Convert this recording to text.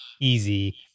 easy